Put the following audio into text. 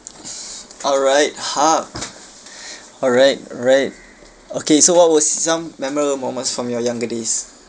all right haq all right all right okay so what was some memorable moments from your younger days